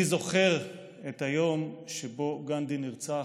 אני זוכר את היום שבו גנדי נרצח,